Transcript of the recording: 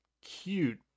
cute